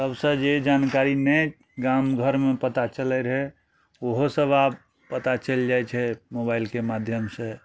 तबसँ जे जानकारी नहि गाम घरमे पता चलय रहय ओहो सब आब पता चलि जाइ छै मोबाइलके माध्यमसँ